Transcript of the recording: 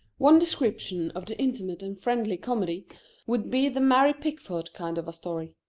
one description of the intimate-and-friendly comedy would be the mary pickford kind of a story.